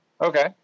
Okay